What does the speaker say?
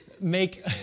make